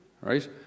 right